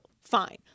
Fine